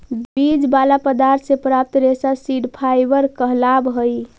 बीज वाला पदार्थ से प्राप्त रेशा सीड फाइबर कहलावऽ हई